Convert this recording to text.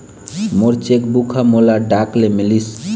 मोर cheque book ह मोला डाक ले मिलिस